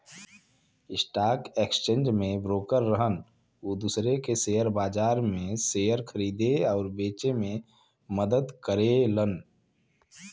stock exchange में broker रहन उ दूसरे के शेयर बाजार में शेयर खरीदे आउर बेचे में मदद करेलन